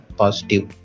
positive